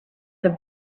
have